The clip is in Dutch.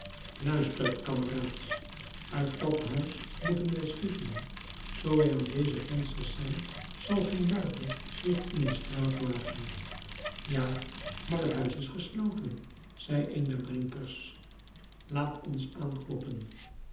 luistert kameraads uit dat huis moeten wij schieten zoo wij aan deze vensters zijn zal geen duivel zich in de straat wagen ja maar het huis is gesloten zei een der drinkers laat ons aankloppen